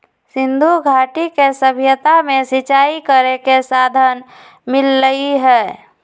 सिंधुघाटी के सभ्यता में सिंचाई करे के साधन मिललई ह